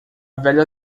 velha